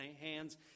hands